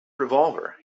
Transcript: revolver